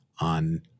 on